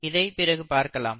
இதை பிறகு பார்க்கலாம்